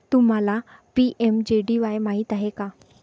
तुम्हाला पी.एम.जे.डी.वाई माहित आहे का?